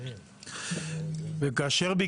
קודם כול,